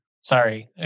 Sorry